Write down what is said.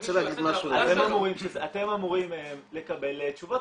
--- אתם אמורים לקבל תשובות.